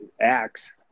acts